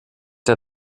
der